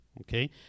okay